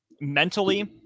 mentally